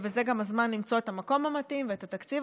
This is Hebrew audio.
וזה גם הזמן למצוא את המקום המתאים ואת התקציב